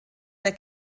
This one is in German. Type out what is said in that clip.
der